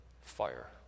fire